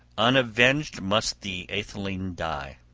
unavenged must the atheling die!